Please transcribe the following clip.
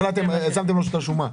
שמתם לו את השומה.